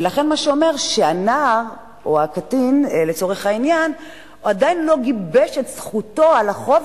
ולכן זה אומר שהנער או הקטין עדיין לא גיבש את זכותו על החוב